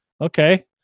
Okay